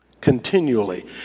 Continually